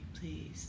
please